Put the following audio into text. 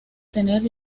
tener